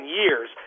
years